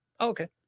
Okay